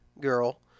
girl